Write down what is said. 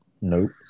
Nope